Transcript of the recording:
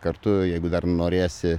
kartu jeigu dar norėsi